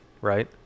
right